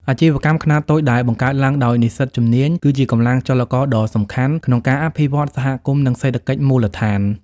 អាជីវកម្មខ្នាតតូចដែលបង្កើតឡើងដោយនិស្សិតជំនាញ គឺជាកម្លាំងចលករដ៏សំខាន់ក្នុងការអភិវឌ្ឍសហគមន៍ និងសេដ្ឋកិច្ចមូលដ្ឋាន។